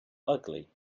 ugly